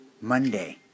Monday